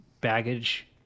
baggage